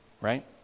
Right